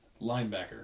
linebacker